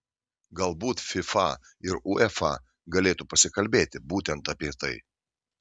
galbūt fifa ir uefa galėtų pasikalbėti būtent apie tai